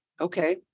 okay